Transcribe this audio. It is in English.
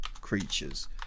creatures